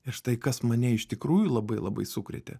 ir štai kas mane iš tikrųjų labai labai sukrėtė